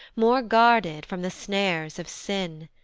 more guarded from the snares of sin.